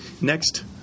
next